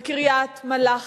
בקריית-מלאכי.